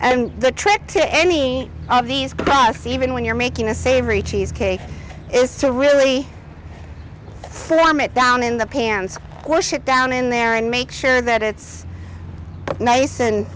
and the trick to any of these gusts even when you're making a savory cheesecake is to really slam it down in the pans or shit down in there and make sure that it's nice and